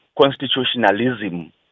constitutionalism